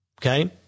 okay